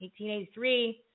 1883